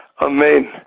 Amen